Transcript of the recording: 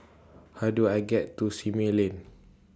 How Do I get to Simei Lane